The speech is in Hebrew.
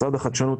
משרד החדשנות,